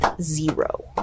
zero